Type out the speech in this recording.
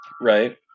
right